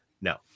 No